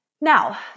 now